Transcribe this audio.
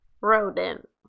rodent